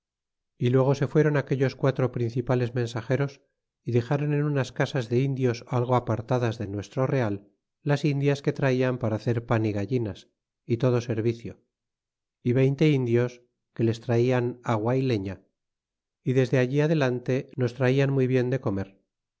y luego se fuéron aquellos quatro principales mensageros y dexron en unas casas de indios algo apartadas de nuestro real las indias que traian para hacer pan y gallinas y todo servicio y veinte indios que les traian agua y leña y desde allí adelante nos traian muy bien de comer